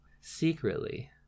secretly